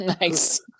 Nice